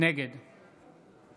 נגד